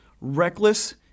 Reckless